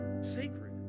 sacred